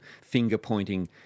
finger-pointing